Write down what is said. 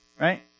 Right